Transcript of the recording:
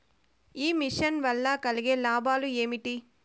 ఈ మిషన్ వల్ల కలిగే లాభాలు ఏమిటి?